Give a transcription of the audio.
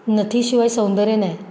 नथीशिवाय सौंदर्य नाही